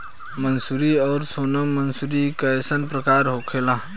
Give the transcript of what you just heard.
मंसूरी और सोनम मंसूरी कैसन प्रकार होखे ला?